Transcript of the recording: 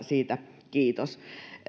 siitä kiitos